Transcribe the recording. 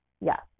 yes